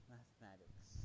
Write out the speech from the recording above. Mathematics